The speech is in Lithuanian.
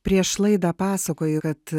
prieš laidą pasakojai kad